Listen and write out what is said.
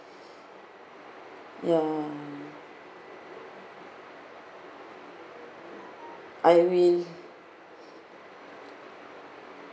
ya I will